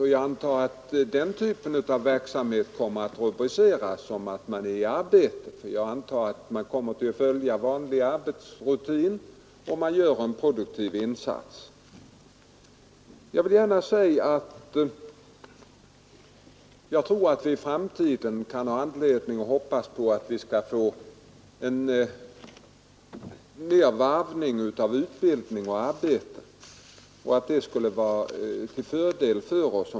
Jag antar 49 att den typen av verksamhet kommer att rubriceras som att man är i arbete; man kommer väl att följa vanlig arbetstid och göra en produktiv insats. Jag vill gärna säga att jag tror att vi i framtiden kan ha anledning att hoppas på mera varvning av utbildning och arbete och att en sådan ordning skulle vara till fördel för alla.